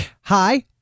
Hi